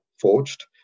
forged